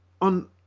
on